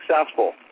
successful